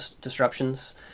disruptions